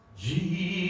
Jesus